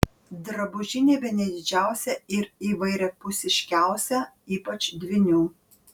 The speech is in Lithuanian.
drabužinė bene didžiausia ir įvairiapusiškiausia ypač dvynių